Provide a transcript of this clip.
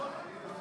נכון.